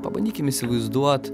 pabandykim įsivaizduot